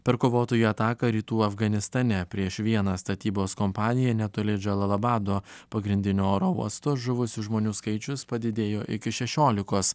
per kovotojų ataką rytų afganistane prieš vieną statybos kompaniją netoli džalalabado pagrindinio oro uosto žuvusių žmonių skaičius padidėjo iki šešiolikos